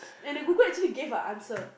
and the Google actually gave an answer